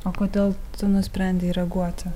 o kodėl tu nusprendei reaguoti